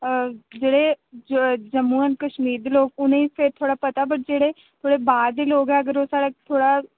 जेह्ड़े जम्मू एंड कश्मीर दे लोक उ'नेंई फिर थोह्ड़ा पता पर जेह्ड़े बाह्र दे लोक ऐ अगर ओह् साढ़ा थोह्ड़ा